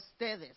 ustedes